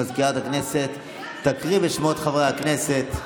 מזכירת הכנסת תקרא בשמות חברי הכנסת.